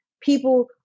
People